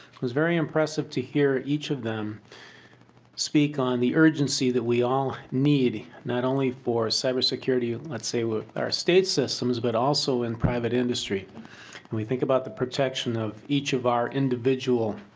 was very impressive to hear each of them speak on the urgency that we all need not only for cyber security let's a with our state systems but also in private industry and we think about the protection of each of our individual